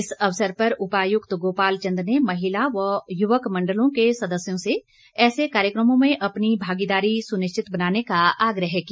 इस अवसर पर उपायुक्त गोपाल चंद ने महिला व युवक मंडलों के सदस्यों से ऐसे कार्यकमों में अपनी भागीदारी सुनिश्चित बनाने का आग्रह किया